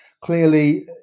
clearly